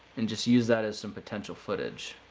and just use that as some potential footage.